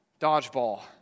dodgeball